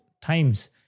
times